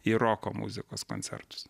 į roko muzikos koncertus